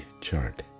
chart